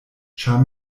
ĉar